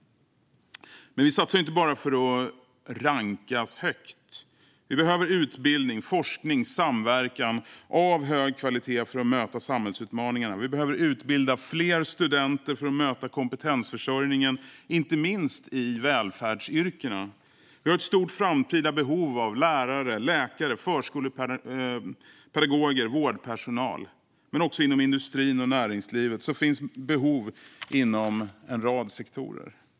Men vi satsar inte bara för att rankas högt. Vi behöver utbildning, forskning, samverkan av hög kvalitet för att möta samhällsutmaningarna. Vi behöver utbilda fler studenter för att möta kompetensförsörjningen, inte minst i välfärdsyrkena. Vi har ett stort framtida behov av lärare, läkare, förskolepedagoger och vårdpersonal. Men också inom industrin och näringslivet finns behov inom en rad sektorer.